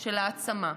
של העצמה,